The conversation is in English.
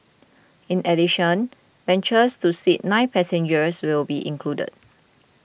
in addition benches to seat nine passengers will be included